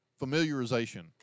familiarization